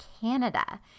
Canada